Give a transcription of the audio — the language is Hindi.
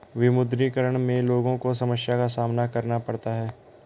विमुद्रीकरण में लोगो को समस्या का सामना करना पड़ता है